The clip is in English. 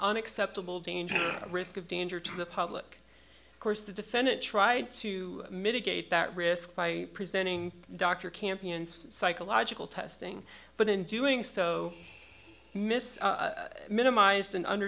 unacceptable danger a risk of danger to the public course the defendant tried to mitigate that risk by presenting dr campion's psychological testing but in doing so miss minimized and under